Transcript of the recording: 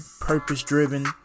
purpose-driven